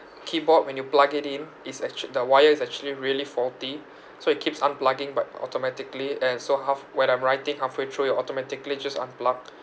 keyboard when you plug it in it's actua~ the wire is actually really faulty so it keeps unplugging by automatically and so half~ when I'm writing halfway through it automatically just unplug